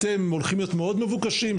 אתם הולכים להיות מאד מבוקשים,